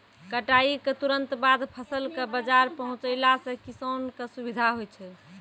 कटाई क तुरंत बाद फसल कॅ बाजार पहुंचैला सें किसान कॅ सुविधा होय छै